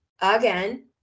Again